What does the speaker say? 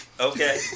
Okay